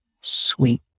sweet